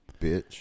Bitch